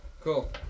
Cool